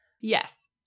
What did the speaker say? Yes